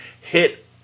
hit